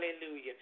Hallelujah